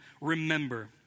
remember